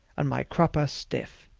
and my crupper stiff.